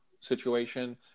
situation